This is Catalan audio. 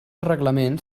reglament